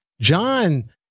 John